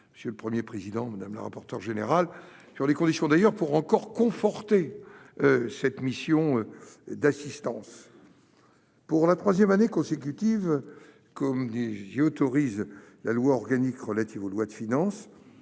monsieur le Premier président, madame la rapporteure générale, sur les conditions qui nous permettront de conforter encore cette mission. Pour la troisième année consécutive, comme nous y autorise la loi organique relative aux lois de finances,